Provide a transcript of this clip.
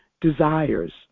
desires